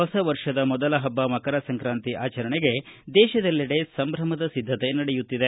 ಹೊಸ ವರ್ಷದ ಮೊದಲ ಹಬ್ಬ ಮಕರ ಸಂಕ್ರಾಂತಿ ಆಚರಣೆಗೆ ದೇಶದೆಲ್ಲೆಡೆ ಸಂಭ್ರಮದ ಸಿದ್ಗತೆ ನಡೆಯುತ್ತಿದೆ